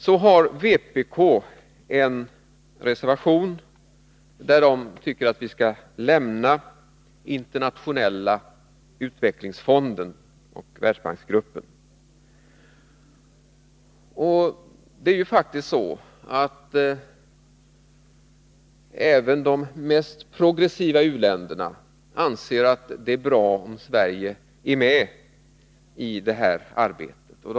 Från vpk anförs i en reservation att Sverige bör lämna Världsbanksgruppen och därmed också Internationella utvecklingsfonden. Det är dock faktiskt så att även de mest progressiva u-länderna anser att det är bra, om Sverige är med i det arbete som det här gäller.